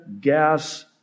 gas